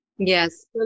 Yes